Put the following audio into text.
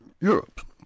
Europe